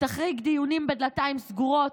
תחריג דיונים בדלתיים סגורות,